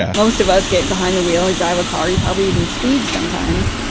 most of us get behind the wheel and drive a car. you probably even speed sometimes,